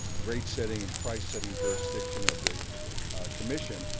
rate setting and price setting jurisdiction of the commission,